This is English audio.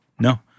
No